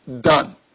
done